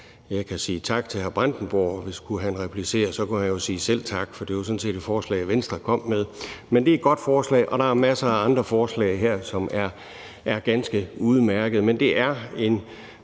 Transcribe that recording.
Jeg kan sige tak til hr. Bjørn Brandenborg, og hvis han skulle replicere, kan han jo sige selv tak, for det er sådan set et forslag, Venstre kom med. Men det er et godt forslag, og der er masser af andre forslag her, som er ganske udmærkede.